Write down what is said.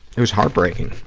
it was heartbreaking,